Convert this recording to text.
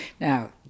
now